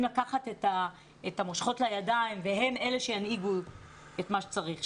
לקחת את המושכות לידיים והם אלה שינהיגו את מה שצריך.